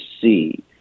see